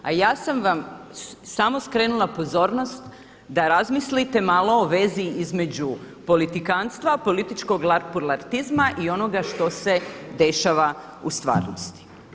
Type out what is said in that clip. A ja sam vam samo skrenula pozornost da razmislite malo o vezi između politikantstva, političkog larpurlartizma i onoga što se dešava u stvarnosti.